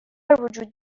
وجود